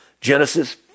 Genesis